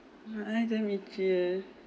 my eye damn itchy leh